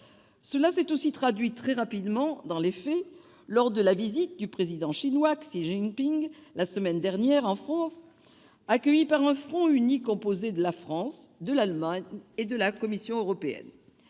Cela s'est aussi traduit, très rapidement, dans les faits, lors de la visite du Président chinois Xi Jinping la semaine dernière en France, accueilli par un front uni composé de la France, de l'Allemagne et de la Commission européenne.